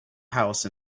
house